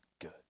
good